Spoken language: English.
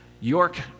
York